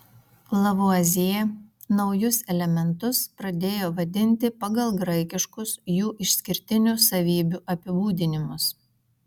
lavuazjė naujus elementus pradėjo vadinti pagal graikiškus jų išskirtinių savybių apibūdinimus